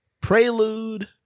Prelude